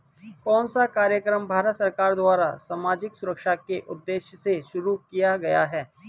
कौन सा कार्यक्रम भारत सरकार द्वारा सामाजिक सुरक्षा के उद्देश्य से शुरू किया गया है?